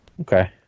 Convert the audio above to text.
Okay